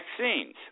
vaccines